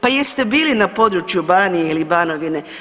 Pa jeste bili na području Banije ili Banovine?